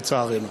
לצערנו.